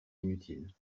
inutile